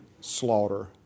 slaughter